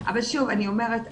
אבל שוב אני אומרת,